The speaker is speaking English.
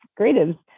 creatives